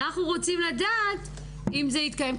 אנחנו רוצים לדעת אם זה התקיים.